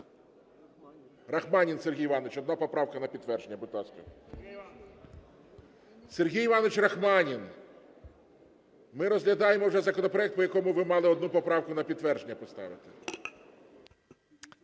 Рахманін Сергій Іванович. Одна поправка на підтвердження. Будь ласка. Сергій Іванович Рахманін, ми розглядаємо вже законопроект, по якому ви мали одну поправку на підтвердження поставити.